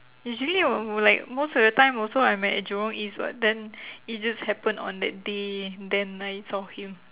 usually um like most of the time also I'm at at jurong east [what] then it just happen on that day then I saw him